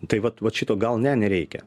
tai vat vat šito gal ne nereikia